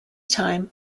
time